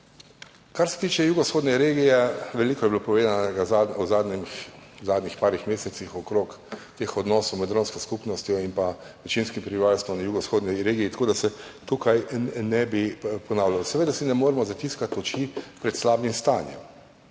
Kar se tiče jugovzhodne regije. Veliko je bilo povedanega v zadnjih nekaj mesecih okrog odnosov med romsko skupnostjo in večinskim prebivalstvom v jugovzhodni regiji, tako da se tukaj ne bi ponavljal. Seveda si ne moremo zatiskati oči pred slabim stanjem.